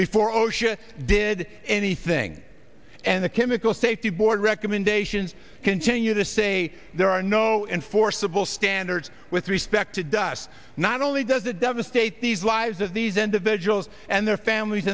before osha did anything and the chemical safety board recommendations continue to say there are no enforceable standards with respect to dust not only does it devastate these lives of these individuals and their families